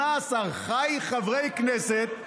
18, ח"י חברי כנסת,